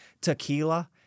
tequila